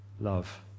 love